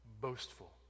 boastful